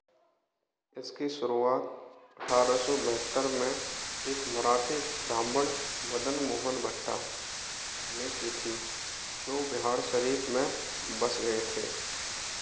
इसकी शुरुआत अठारह सौ बहत्तर में एक मराठी ब्राह्मण मदन मोहन भट्टा ने की थी जो बिहार शरीफ़ में बस गए थे